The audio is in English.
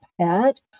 pet